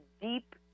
deep